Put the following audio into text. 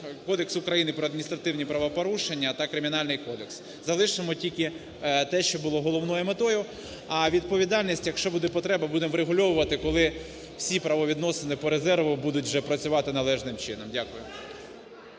Кодекс України про адміністративні правопорушення та Кримінальний кодекс. Залишимо тільки те, що було головною метою. А відповідальність, якщо буде потреба будемо врегульовувати, коли всі правовідносини по резерву будуть вже працювати належним чином. Дякую.